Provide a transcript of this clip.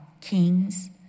kings